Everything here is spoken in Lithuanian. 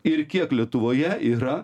ir kiek lietuvoje yra